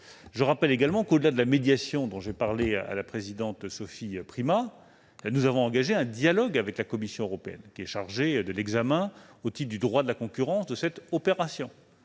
Je rappelle également qu'au-delà de la médiation dont j'ai parlé à la présidente Sophie Primas, nous avons engagé un dialogue avec la Commission européenne, qui est chargée de l'examen de cette opération, au titre du droit de la concurrence. Je redis